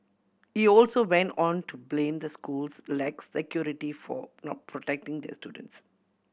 he also went on to blame the school's lax security for not protecting the students